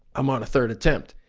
i'm on a third attempt.